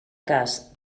cas